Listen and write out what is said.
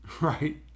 Right